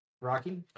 Rocky